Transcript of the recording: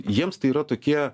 jiems tai yra tokie